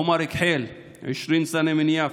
עומר כחיל, 20, יפו,